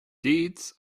deeds